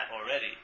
already